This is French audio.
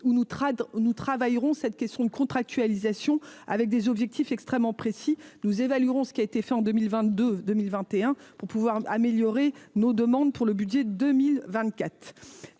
nous travaillerons cette question de contractualisation avec des objectifs extrêmement précis, nous évaluerons ce qui a été fait en 2022 2021 pour pouvoir améliorer nos demandes pour le budget 2000